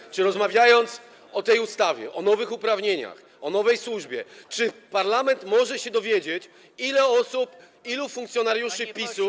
Czy gdy rozmawiamy o tej ustawie, o nowych uprawnieniach, o nowej służbie, czy parlament może się dowiedzieć, ile osób, ilu funkcjonariuszy PiS-u.